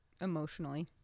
emotionally